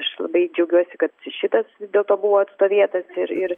aš labai džiaugiuosi kad ir šitas vis dėlto buvo atstovėtas ir ir